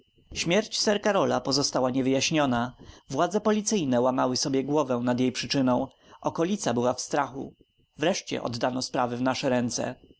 śmierć sir karola pozostała niewyjaśniona władze policyjne łamały sobie głowę nad jej przyczyną okolica była w strachu wreszcie oddano sprawę w nasze ręce